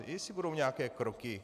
Jestli budou nějaké kroky.